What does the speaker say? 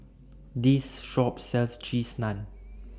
This Shop sells Cheese Naan